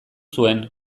zuen